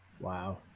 Wow